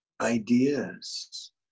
ideas